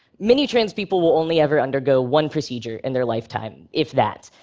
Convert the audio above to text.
many trans people will only ever undergo one procedure in their lifetime, if that.